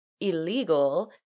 illegal